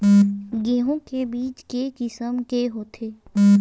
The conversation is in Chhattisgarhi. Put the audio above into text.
गेहूं के बीज के किसम के होथे?